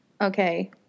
Okay